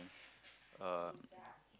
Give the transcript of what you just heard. um